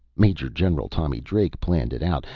major general tommy drake planned it out,